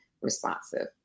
responsive